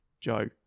Joe